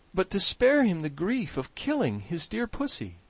but to spare him the grief of killing his dear pussy.